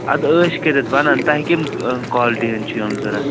اَدٕ عٲش کٔرِتھ بَنَن تۄہہِ کمہِ کالٹی ہٕنٛدۍ چھِ یِم ضروٗرت